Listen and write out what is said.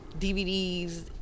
DVDs